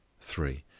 three.